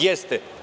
Jeste.